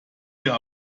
mir